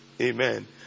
Amen